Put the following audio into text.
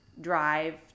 drive